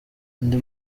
andi